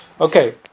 Okay